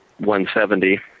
170